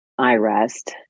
iRest